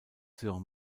sur